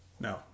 No